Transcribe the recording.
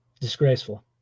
Disgraceful